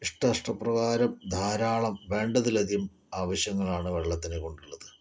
ഇഷ്ട ഇഷ്ട്ട പ്രകാരം ധാരാളം വേണ്ടതിലധികം ആവശ്യങ്ങളാണ് വെള്ളത്തിനെ കൊണ്ടുള്ളത്